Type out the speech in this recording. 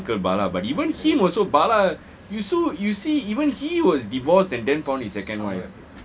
uh uncle bala but even him also bala you so you see even he was divorced and then found his second wife